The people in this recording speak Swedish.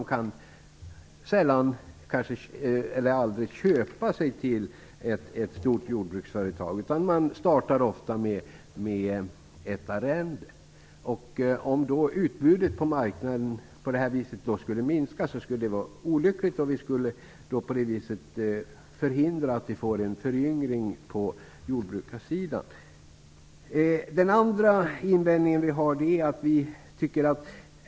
De kan sällan eller aldrig köpa sig till ett stort jordbruksföretag, utan de startar ofta med ett arrende. Om utbudet på marknaden på det här viset skulle minska, skulle det vara olyckligt, eftersom det skulle förhindra en föryngring på jordbrukarsidan. Vår andra invändning gäller de enskilda förslagen.